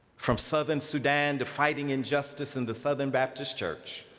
from southern sudan to fighting injustice in the southern baptist church,